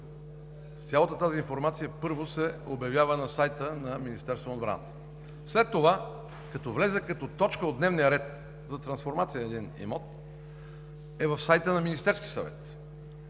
цялата тази информация първо се обявява на сайта на Министерството на отбраната. След това, като влезе като точка от дневния ред за трансформация на един имот, е на сайта на Министерския съвет.